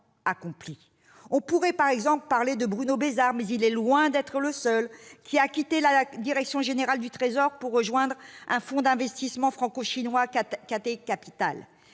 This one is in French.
À titre d'exemple, Bruno Bézard, mais il est loin d'être le seul, a quitté la direction générale du Trésor pour rejoindre un fonds d'investissement franco-chinois, Cathay Capital.